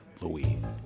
Louis